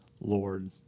Lord